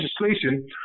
legislation